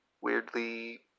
weirdly